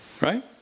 Right